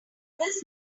this